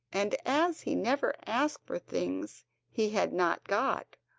and as he never asked for things he had not got,